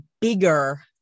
bigger